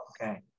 okay